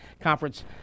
conference